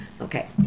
okay